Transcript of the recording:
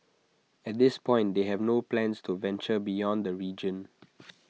at this point they have no plans to venture beyond the region